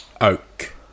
Oak